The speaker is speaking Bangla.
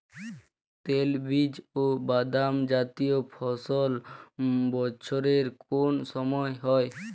তৈলবীজ ও বাদামজাতীয় ফসল বছরের কোন সময় হয়?